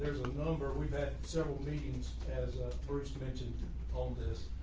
a number we've had several meetings, as first mentioned on this,